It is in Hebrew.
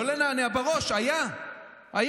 לא לנענע בראש, היו.